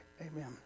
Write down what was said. Amen